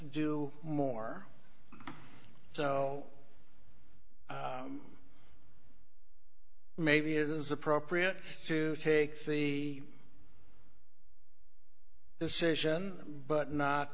do more so maybe it is appropriate to take the decision but not